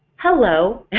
hello